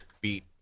beat